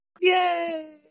Yay